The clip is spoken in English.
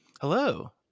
Hello